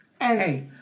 Hey